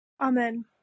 Amen